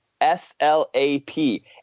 S-L-A-P